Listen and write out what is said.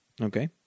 Okay